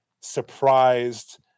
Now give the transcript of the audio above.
surprised